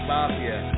Mafia